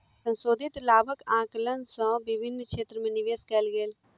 संशोधित लाभक आंकलन सँ विभिन्न क्षेत्र में निवेश कयल गेल